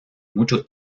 mucho